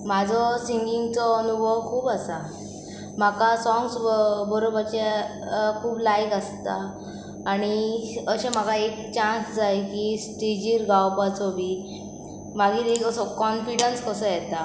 म्हाजो सिंगींगचो अनुभव खूब आसा म्हाका सोंग्स बरोवपाचे खूब लायक आसता आनी अशें म्हाका एक चान्स जाय की स्टेजीर गावपाचो बी मागीर एक असो कॉन्फिडन्स कसो येता